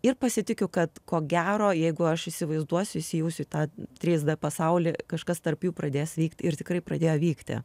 ir pasitikiu kad ko gero jeigu aš įsivaizduosiu įsijausiu į tą trys d pasaulį kažkas tarp jų pradės vykti ir tikrai pradėjo vykti